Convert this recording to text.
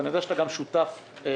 ואני יודע שאתה גם שותף לדעתי,